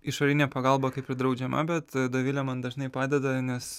išorinė pagalba kaip ir draudžiama bet dovilė man dažnai padeda nes